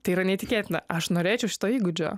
tai yra neįtikėtina aš norėčiau šito įgūdžio